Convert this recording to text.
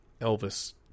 Elvis